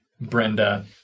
Brenda